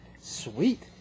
sweet